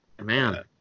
man